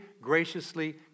graciously